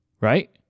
right